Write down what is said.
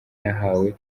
nahawe